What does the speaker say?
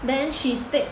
then she take